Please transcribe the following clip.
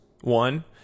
one